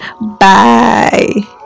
bye